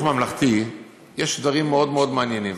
ממלכתי יש דברים מאוד מאוד מעניינים,